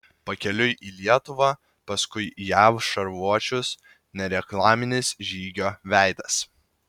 pakeliui į lietuvą paskui jav šarvuočius nereklaminis žygio veidas